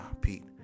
Pete